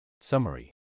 Summary